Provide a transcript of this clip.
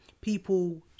people